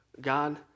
God